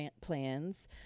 plans